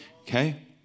okay